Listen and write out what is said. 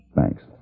Thanks